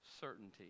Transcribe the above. certainty